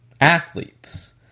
athletes